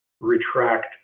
retract